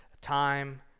time